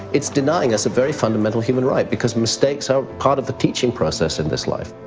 it's denying us a very fundamental human right because mistakes are part of the teaching process in this life.